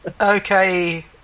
Okay